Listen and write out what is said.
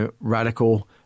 radical